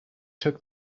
took